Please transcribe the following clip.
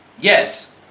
Yes